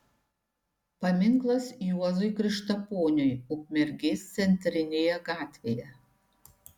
paminklas juozui krikštaponiui ukmergės centrinėje gatvėje